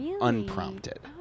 unprompted